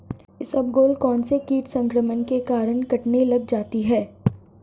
इसबगोल कौनसे कीट संक्रमण के कारण कटने लग जाती है?